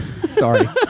sorry